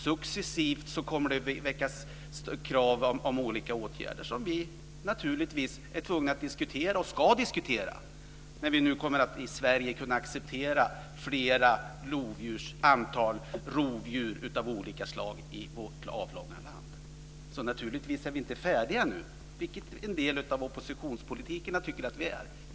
Det kommer successivt att ställas krav på olika åtgärder, och dessa ska vi naturligtvis diskutera när vi nu kommer att acceptera ett större antal rovdjur av olika slag i vårt avlånga land. Naturligtvis är vi inte färdiga nu, även om en del av oppositionspolitikerna tycker att vi är det.